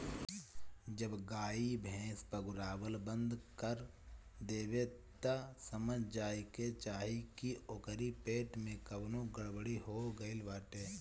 जब गाई भैस पगुरावल बंद कर देवे तअ समझ जाए के चाही की ओकरी पेट में कवनो गड़बड़ी हो गईल बाटे